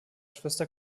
schwester